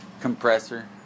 compressor